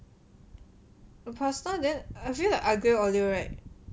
the pasta then I feel the aglio olio right